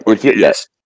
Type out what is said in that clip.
Yes